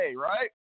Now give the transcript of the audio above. right